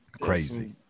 Crazy